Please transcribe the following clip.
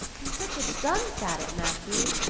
i'm such a dunce at it, matthew.